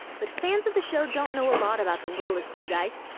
but fans of the show don't know a lot about the littlest giudice.